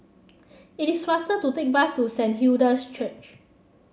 it is faster to take the bus to Saint Hilda's Church